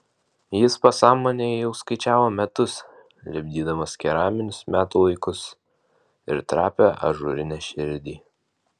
jis pasąmonėje jau skaičiavo metus lipdydamas keraminius metų laikus ir trapią ažūrinę širdį